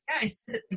guys